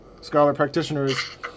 scholar-practitioners